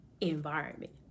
environment